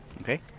Okay